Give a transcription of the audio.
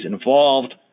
involved